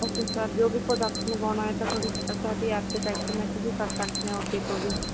okay sir ਜੋ ਵੀ product ਮੰਗਵਾਉਣਾ ਹੈ ਤਾਂ ਸਾਡੀ ਐਪ 'ਤੇ ਟੈਕਸਟ ਮੇਸਿਜ ਕਰ ਸਕਦੇ ਹੋ ਅੱਗੇ ਤੋਂ ਵੀ